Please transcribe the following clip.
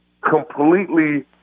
completely